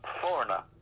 Foreigner